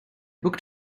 booked